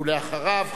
ולאחריו,